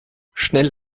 schnell